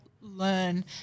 learn